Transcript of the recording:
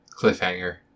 cliffhanger